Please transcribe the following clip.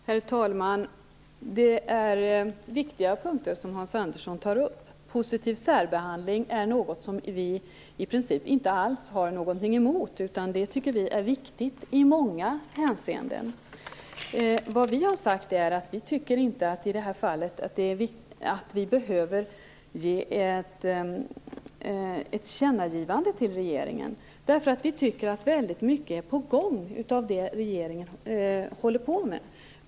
Herr talman! Det är viktiga punkter som Hans Andersson tar upp. Positiv särbehandling är något som vi i princip inte alls har något emot. Det tycker vi är viktigt i många hänseenden. Vad vi har sagt är att vi i detta fall inte tycker att vi behöver göra ett tillkännagivande till regeringen, därför att vi tycker att väldigt mycket är på gång av det som regeringen håller på med.